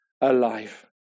alive